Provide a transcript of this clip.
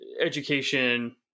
education